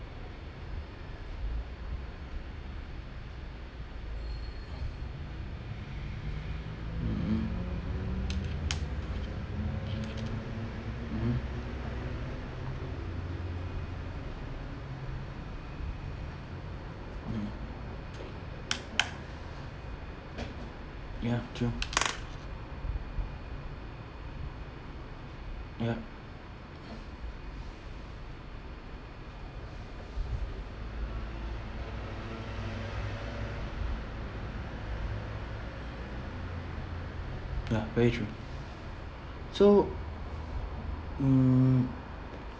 mmhmm mmhmm mmhmm ya true yup ya very true so um